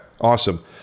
awesome